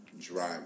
drive